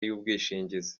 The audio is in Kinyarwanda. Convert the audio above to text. y’ubwishingizi